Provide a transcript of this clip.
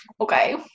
Okay